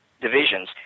divisions